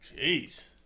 Jeez